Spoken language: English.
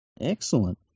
Excellent